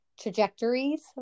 trajectories